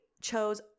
chose